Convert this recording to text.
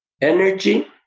Energy